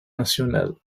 nationale